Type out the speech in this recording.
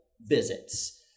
visits